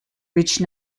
reached